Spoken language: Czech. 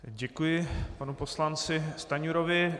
Děkuji panu poslanci Stanjurovi.